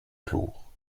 flour